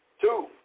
Two